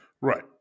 Right